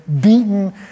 beaten